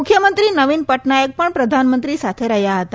મુખ્યમંત્રી નવિન પટનાયક પણ પ્રધાનમંત્રી સાથે રહ્યા હતા